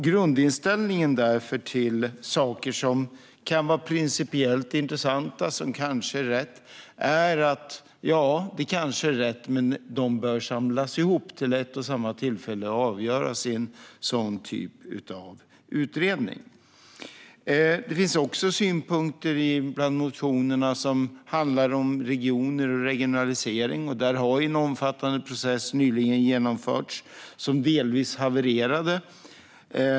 Grundinställningen till frågor som är principiellt intressanta kan vara att de kanske är riktiga men att de bör samlas ihop i en utredning för att avgöras vid ett och samma tillfälle. Det finns också synpunkter bland motionerna som handlar om regioner och regionalisering. Där har en omfattande process nyligen genomförts, som delvis havererade.